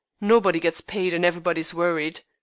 nobody gets paid, and everybody is worried.